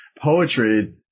poetry